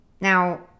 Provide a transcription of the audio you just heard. Now